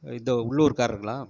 இந்த உள்ளூர்க்காரருங்களா